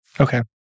Okay